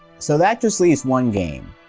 so that just leaves one game,